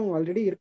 already